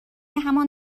همان